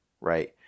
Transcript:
right